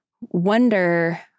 wonder